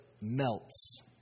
melts